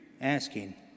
asking